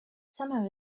summer